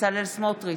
בצלאל סמוטריץ'